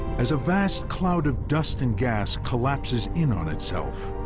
as a vast cloud of dust and gas collapses in on itself,